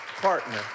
partner